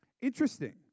Interesting